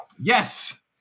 Yes